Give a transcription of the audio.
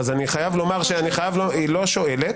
היא לא שואלת.